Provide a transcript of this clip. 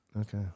Okay